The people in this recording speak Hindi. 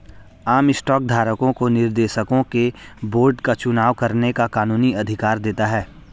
आम स्टॉक धारकों को निर्देशकों के बोर्ड का चुनाव करने का कानूनी अधिकार देता है